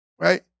Right